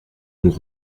nous